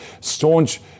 staunch